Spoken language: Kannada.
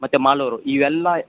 ಮತ್ತು ಮಾಲೂರು ಇವೆಲ್ಲ